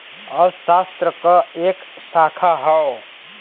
अर्थशास्त्र क एक शाखा हौ